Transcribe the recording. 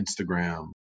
Instagram